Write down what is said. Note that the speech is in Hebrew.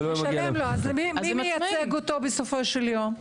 אז מי מייצג אותו בסופו של יום?